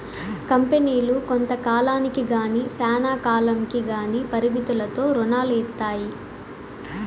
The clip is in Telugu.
కంపెనీలు కొంత కాలానికి గానీ శ్యానా కాలంకి గానీ పరిమితులతో రుణాలు ఇత్తాయి